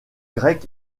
grec